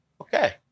okay